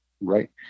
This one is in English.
right